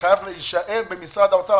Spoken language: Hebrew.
זה חייב להישאר במשרד האוצר,